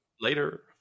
Later